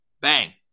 bang